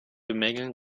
bemängeln